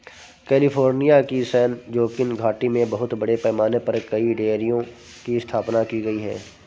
California की San Joaquin घाटी में बहुत बड़े पैमाने पर कई डेयरियों की स्थापना की गई है